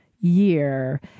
year